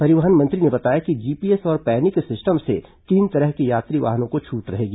परिवहन मंत्री ने बताया कि जीपीएस और पैनिक सिस्टम से तीन तरह के यात्री वाहनों को छूट रहेगी